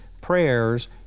prayers